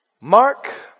Mark